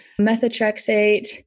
Methotrexate